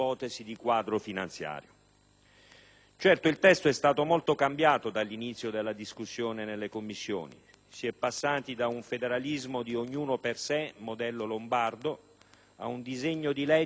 Certo, il testo è stato molto cambiato dall'inizio della discussione presso le Commissioni riunite. Si è passati da un federalismo «ognuno per sé», modello lombardo, ad un disegno di legge che almeno nelle intenzioni